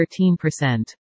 13%